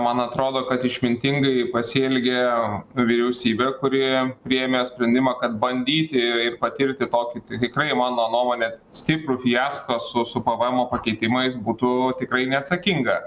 man atrodo kad išmintingai pasielgė vyriausybė kuri priėmė sprendimą kad bandyti ir patirti tokį tai tikrai mano nuomone stiprų fiasko su su pvemo pakeitimais būtų tikrai neatsakinga